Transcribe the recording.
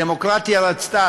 הדמוקרטיה רצתה,